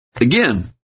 Again